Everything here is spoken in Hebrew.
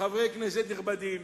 חברי כנסת נכבדים,